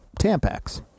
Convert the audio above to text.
Tampax